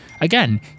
again